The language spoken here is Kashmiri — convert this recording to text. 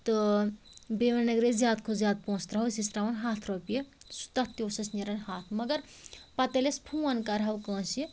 تہٕ بیٚیہِ وۄنۍ اَگر أسۍ زیادٕ کھۄتہٕ زیادٕ پونٛسہِ ترٛاوو أسۍ ٲسۍ ترٛاوان ہتھ رۄپیہِ سُہ تتھ تہِ اوس اَسہِ نیران مگر پتہٕ ییٚلہِ أسۍ فون کرہو کٲنٛسہِ